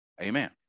Amen